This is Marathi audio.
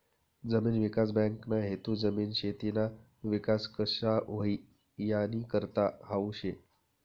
जमीन विकास बँकना हेतू जमीन, शेतीना विकास कशा व्हई यानीकरता हावू शे